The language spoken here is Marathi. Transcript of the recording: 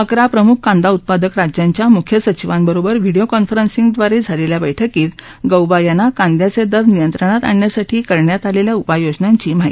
अकरा प्रमुख कांदा उत्पादक राज्यांच्या म्ख्य सचिवांबरोबर व्हिडोओ कॉन्फरसिंगद्वारे झालेल्या बैठकीत गौबा यांना कांद्याचे दर नियंत्रंणात आणण्यासाठी करण्यात आलेल्या उपाययोजनांची माहिती देण्यात आली